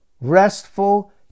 restful